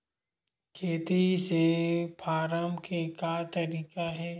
खेती से फारम के का तरीका हे?